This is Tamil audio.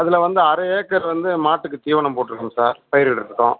அதில் வந்து அரை ஏக்கர் வந்து மாட்டுக்கு தீவனம் போட்டிருக்கோம் சார் பயிரிடுறதுக்கும்